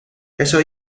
esos